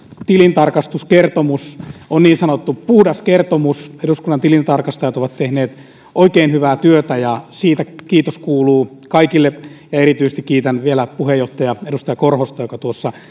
tilintarkastuskertomus on niin sanottu puhdas kertomus eduskunnan tilintarkastajat ovat tehneet oikein hyvää työtä ja siitä kiitos kuuluu kaikille ja erityisesti kiitän vielä puheenjohtaja edustaja korhosta joka